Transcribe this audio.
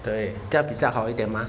对这样比较好一点吗